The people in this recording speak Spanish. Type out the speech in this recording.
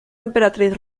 emperatriz